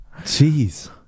Jeez